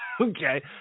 Okay